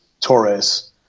Torres